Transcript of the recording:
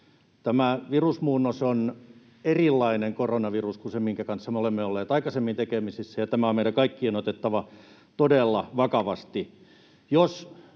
Tämä virusmuunnos on erilainen koronavirus kuin se, minkä kanssa me olemme olleet aikaisemmin tekemisissä, ja tämä on meidän kaikkien otettava todella vakavasti.